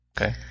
Okay